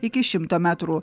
iki šimto metrų